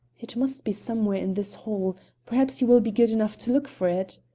it must be somewhere in this hall perhaps you will be good enough to look for it.